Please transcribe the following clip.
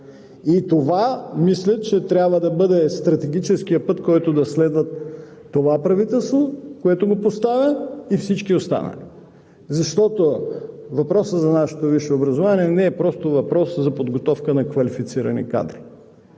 реформа. Мисля, че това трябва да бъде стратегическият път, който да следва това правителство, което го поставя, и всички останали. Защото въпросът за нашето висше образование не е просто въпрос за подготовка на квалифицирани кадри.